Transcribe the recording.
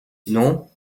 non